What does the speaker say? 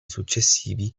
successivi